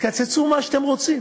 תראי,